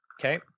Okay